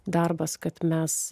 darbas kad mes